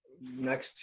next